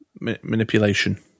manipulation